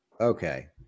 Okay